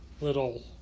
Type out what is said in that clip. little